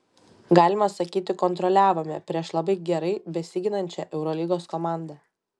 galima sakyti kontroliavome prieš labai gerai besiginančią eurolygos komandą